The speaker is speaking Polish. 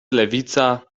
lewica